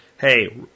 hey